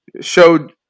showed